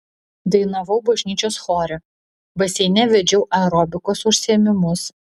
dainavau bažnyčios chore baseine vedžiau aerobikos užsiėmimus